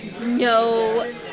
No